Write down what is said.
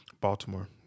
Baltimore